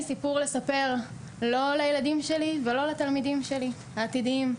סיפור לספר לא לילדים שלי ולא לתלמידים העתידיים שלי,